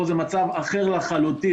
פה זה מצב אחר לחלוטין.